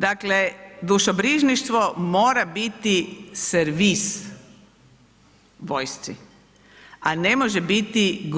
Dakle, dušobrižništvo mora biti servis vojsci, a ne može biti